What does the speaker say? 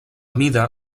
mida